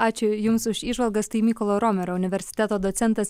ačiū jums už įžvalgas tai mykolo romerio universiteto docentas